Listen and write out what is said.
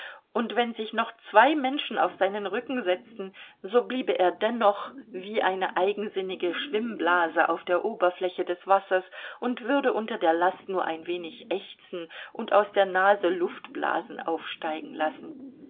und wenn sich noch zwei menschen auf seinen rücken setzten so bliebe er dennoch wie eine eigensinnige schwimmblase auf der oberfläche des wassers und würde unter der last nur ein wenig ächzen und aus der nase luftblasen aufsteigen lassen